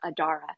adara